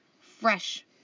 fresh